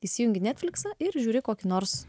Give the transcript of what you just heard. įsijungi netfliksą ir žiūri kokį nors